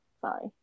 sorry